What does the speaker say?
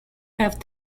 have